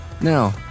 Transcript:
Now